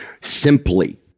simply